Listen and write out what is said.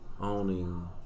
owning